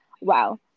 wow